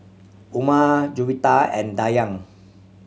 Umar Juwita and Dayang